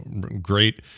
great